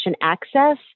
access